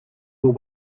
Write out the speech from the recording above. will